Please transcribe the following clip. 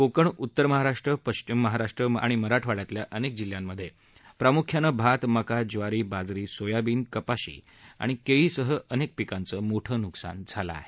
कोकण उत्तर महाराष्ट्र पश्चिम महाराष्ट्र आणि मराठवाडयातल्या अनेक जिल्ह्यांत प्रामुख्यानश्रीत मका ज्वारी बाजरी सोयाबीन कपाशी आणि केळीसह अनेक पिकांचं मोठं नुकसान झालं आहे